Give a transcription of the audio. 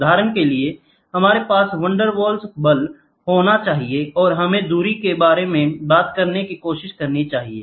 उदाहरण के लिए हमारे पास van der Waals Vander waal's बल होना चाहिए और हमें दूरी के बारे में बात करने की कोशिश करनी चाहिए